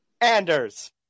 Anders